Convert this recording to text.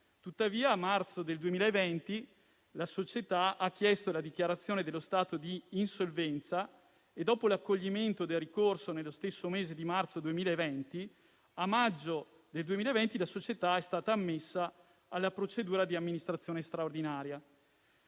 Tuttavia, a marzo del 2020 la società ha chiesto la dichiarazione dello stato di insolvenza e, dopo l'accoglimento del ricorso nello stesso mese di marzo 2020, a maggio 2020 la società è stata ammessa alla procedura di amministrazione straordinaria;